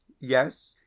Yes